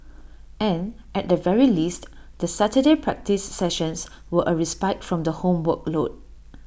and at the very least the Saturday practice sessions were A respite from the homework load